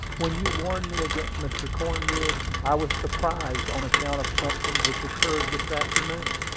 when you warned me against mr. cornwood, i was surprised on account of something which occurred this afternoon.